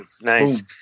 Nice